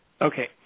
okay